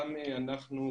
גם אנחנו,